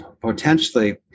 potentially